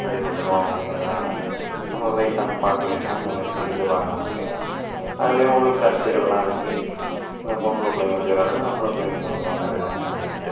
அடிப்பட்டுரும் அப்டிங்கிறதுனால நம்ம வயசான பாட்டிங்கெல்லாம் இது மாதிரி சொல்லித்தருவாங்க நமக்கு அதுலேயும் உள் கருத்துக்கள்லாம் இருக்குது அந்த பொம்பளை பிள்ளைங்க இப்படி விளையாடுங்க ஆம்பளை பிள்ளைங்க இந்தப்பக்கம் விளையாடுங்க அப்படின்ட்டு